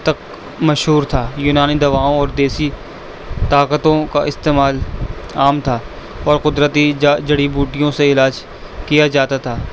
تک مشہور تھا یونانی دواؤں اور دیسی طاقتوں کا استعمال عام تھا اور قدرتی جڑی بوٹیوں سے علاج کیا جاتا تھا